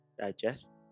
Digest